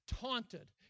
taunted